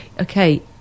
okay